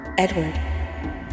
Edward